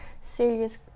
serious